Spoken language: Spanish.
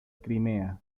crimea